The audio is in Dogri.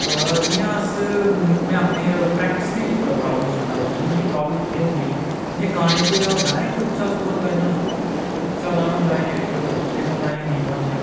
अ जि'यां अस में अपनी प्रैक्टिस दी प्राब्लम सनान्ना तु'सें ई मी प्राब्लम एह् होंदी जि'यां गाने च होंदा नां इक उच्चा सुर होंदा इ'यां उच्चा लाना होंदा इ'यां इक इक होंदा इ'यां नीमां होई गेआ